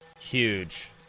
Huge